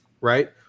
right